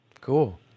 Cool